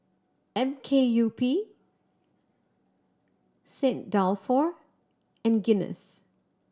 M K U P Saint Dalfour and Guinness